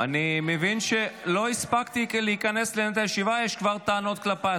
אני מבין שלא הספקתי להיכנס לנהל את הישיבה וכבר יש כבר טענות כלפיי.